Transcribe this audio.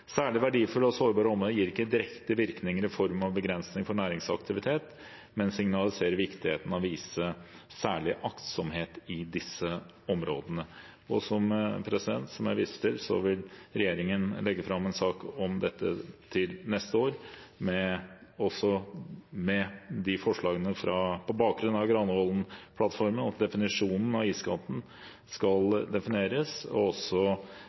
Særlig verdifulle og sårbare områder gir ikke direkte virkninger i form av begrensning for næringsaktivitet, men signaliserer viktigheten av å vise særlig aktsomhet i disse områdene. Som jeg viste til, vil regjeringen legge fram en sak om dette til neste år – på bakgrunn av Granavolden-plattformen – at iskanten skal defineres. I Granavolden-plattformen står det også at det ikke skal iverksettes petroleumsvirksomhet ved bl.a. det som er iskanten.